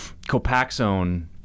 Copaxone